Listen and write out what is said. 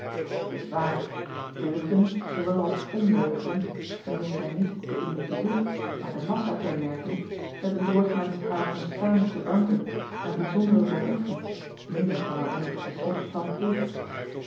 t is waar deugden zoowel als ondeugden wanneer zij niet den individu maar de massa kenmerken hebben doorgaans haar ontstaan te danken aan bijzondere behoeften minder dan aan eenig besef van plicht